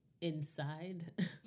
inside